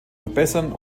verbessern